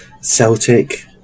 Celtic